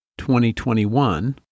2021